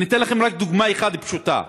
אני אתן רק דוגמה אחת פשוטה: